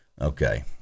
Okay